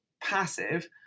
passive